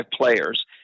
players